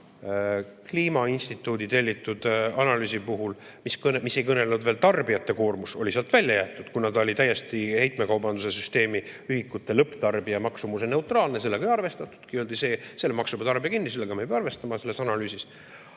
kliimainstituudi tellitud analüüsis – see ei kõnelenud veel tarbijate koormusest, see oli sealt välja jäetud, kuna ta oli täiesti heitmekaubanduse süsteemi ühikute lõpptarbija maksumuse neutraalne, sellega ei arvestatudki, öeldi, et selle maksab ju tarbija kinni, sellega me ei pea arvestama – kõneleti